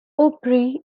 opry